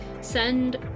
send